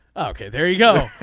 ok. there you go.